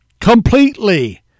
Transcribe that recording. Completely